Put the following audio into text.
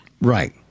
Right